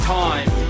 time